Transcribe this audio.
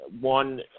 one